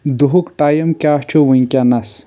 دُہک time کیٛاہ چھ vacancies?